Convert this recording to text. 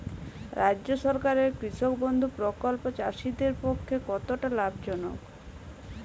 রাজ্য সরকারের কৃষক বন্ধু প্রকল্প চাষীদের পক্ষে কতটা লাভজনক?